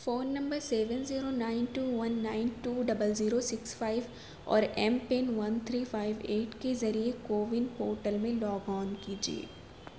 phone number seven zero nine two one nine two double zero six five اور M PIN one three five eight کے ذریعے CoWIN portal میں log on کیجیے